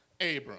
Abram